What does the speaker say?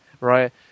right